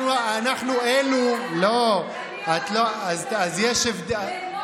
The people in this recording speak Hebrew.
אנחנו אלו, אני הולכת לשיטתך, ובוא